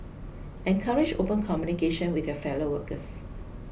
encourage open communication with your fellow workers